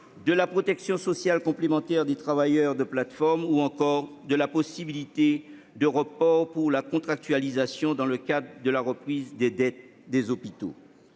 de la protection sociale complémentaire des travailleurs de plateformes ou encore de la possibilité de report pour la contractualisation dans le cadre de la reprise de dettes des hôpitaux.